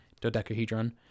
dodecahedron